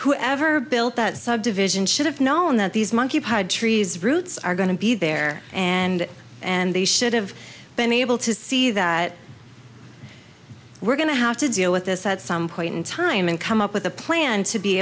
whoever built that subdivision should have known that these monkey trees roots are going to be there and and they should have been able to see that we're going to have to deal with this at some point in time and come up with a plan to be